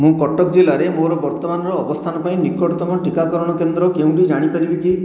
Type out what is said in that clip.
ମୁଁ କଟକ ଜିଲ୍ଲାରେ ମୋର ବର୍ତ୍ତମାନର ଅବସ୍ଥାନ ପାଇଁ ନିକଟତମ ଟିକାକରଣ କେନ୍ଦ୍ର କେଉଁଟି ଜାଣିପାରିବି କି